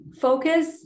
focus